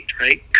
right